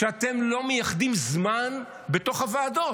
כשאתם לא מייחדים זמן בתוך הוועדות?